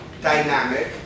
dynamic